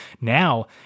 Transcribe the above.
Now